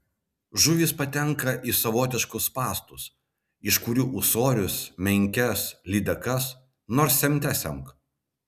žuvys patenka į savotiškus spąstus iš kurių ūsorius menkes lydekas nors semte semk